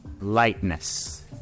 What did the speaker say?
lightness